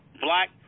black